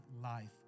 life